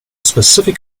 specific